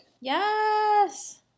Yes